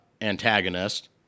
antagonist